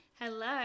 Hello